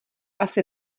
asi